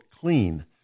clean